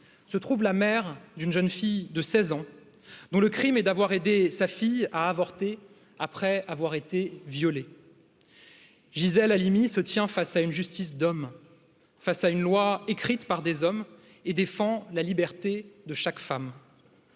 se trouve la mère d'une jeune fille de seize ans dont le crime d'avoir aidé sa fille à avorter après avoir été violée gisele halimi se tient face à une justice d'homme face à une loi écrite par des hommes la liberté de chaque femme